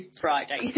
Friday